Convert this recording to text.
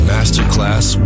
Masterclass